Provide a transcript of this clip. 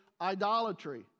idolatry